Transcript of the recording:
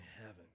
Heaven